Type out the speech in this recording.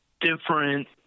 different